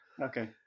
okay